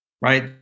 right